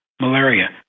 malaria